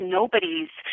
nobody's